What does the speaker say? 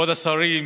כבוד השרים,